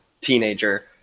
teenager